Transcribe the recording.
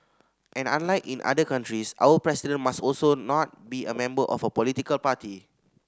and unlike in other countries our President must also not be a member of a political party